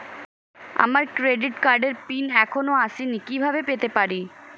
আমার ক্রেডিট কার্ডের পিন এখনো আসেনি কিভাবে পেতে পারি?